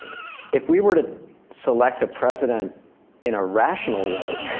if we were to select a president in a rational way,